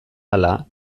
ala